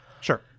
Sure